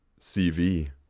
CV